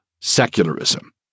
secularism